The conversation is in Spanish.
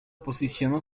posicionó